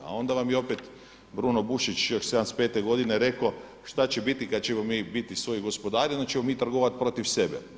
A onda vam je opet Bruno Bušić još '75 godine rekao, šta će biti kada ćemo mi biti svoji gospodari onda ćemo mi trgovati protiv sebe.